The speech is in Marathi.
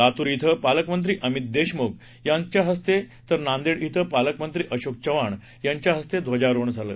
लातूर ॐ पालकमंत्री अमित देशमुख यांच्या हस्ते तर नांदेड श्विं पालकमंत्री अशोक चव्हाण यांच्या हस्ते ध्वजारोहण झालं